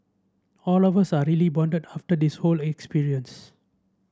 all of us are really bonded after this whole experience